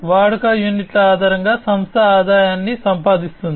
వాడుక యూనిట్ల ఆధారంగా సంస్థ ఆదాయాన్ని సంపాదిస్తుంది